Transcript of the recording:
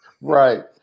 right